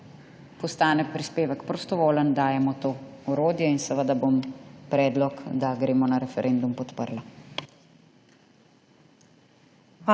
postane prispevek prostovoljen, dajemo to orodje. Seveda bom predlog, da gremo na referendum, podprla.